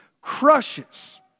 crushes